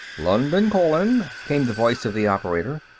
london calling, came the voice of the operator.